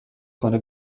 خانه